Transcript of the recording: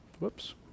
Whoops